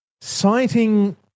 citing